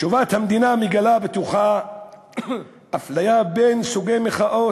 תשובת המדינה מגלה בתוכה אפליה בין סוגי מחאות,